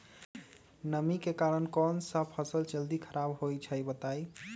नमी के कारन कौन स फसल जल्दी खराब होई छई बताई?